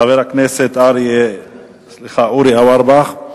חבר הכנסת אורי אוורבך,